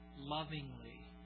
lovingly